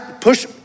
Push